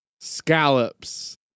scallops